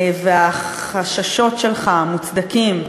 והחששות שלך, המוצדקים,